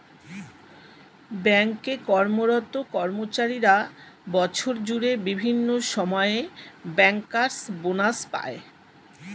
bank এ কর্মরত কর্মচারীরা বছর জুড়ে বিভিন্ন সময়ে ব্যাংকার্স বনাস পায়